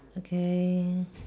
okay